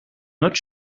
not